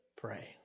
pray